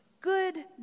Good